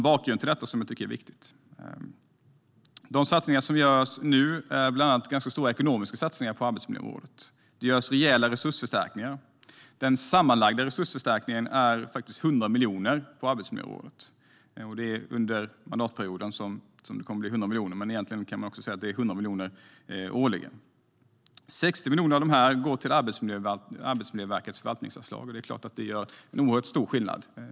Bakgrunden är viktig. De satsningar som görs nu är stora ekonomiska satsningar på arbetsmiljöområdet. Det görs rejäla resursförstärkningar. Den sammanlagda resursförstärkningen är 100 miljoner under mandatperioden på arbetsmiljöområdet, men egentligen kan man säga att det är fråga om 100 miljoner årligen. 60 miljoner av dessa 100 går till Arbetsmiljöverkets förvaltningsanslag. Det är en oerhört stor skillnad.